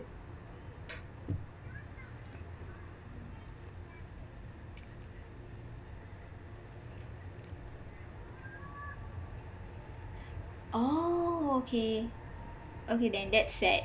oh okay okay then that's sad